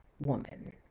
woman